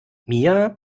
mia